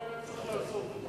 לא היה צריך לעשות את זה.